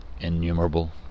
innumerable